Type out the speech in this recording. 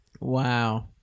wow